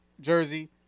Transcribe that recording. Jersey